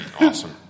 Awesome